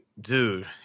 dude